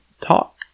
talk